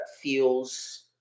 feels